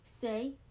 say